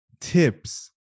tips